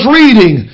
reading